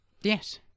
Yes